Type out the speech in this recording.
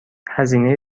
هزینه